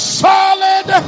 solid